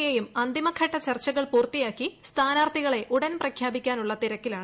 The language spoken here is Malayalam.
എയും അന്തിമഘട്ട ചർച്ചകൾ പൂർത്തിയാക്കി സ്ഥാനാർഥികളെ ഉടൻ പ്രഖ്യാപിക്കാനുള്ള തിരക്കിലാണ്